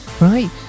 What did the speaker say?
Right